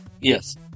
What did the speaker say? Yes